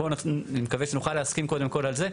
בואו, אני מקווה שנוכל להסכים קודם כל על זה.